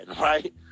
right